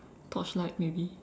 torchlight maybe